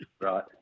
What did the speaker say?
right